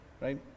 right